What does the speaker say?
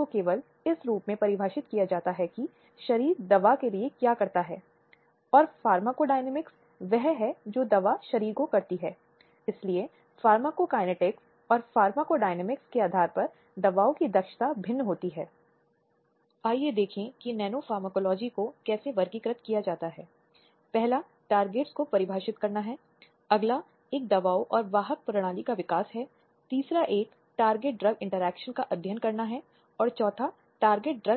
कर रहे थे विशेष रूप से भारतीय समाज में और हिंसा के विभिन्न रूप जो महिलाओं और लड़कियों पर लागू होते हैं पर चर्चा की गई